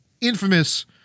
infamous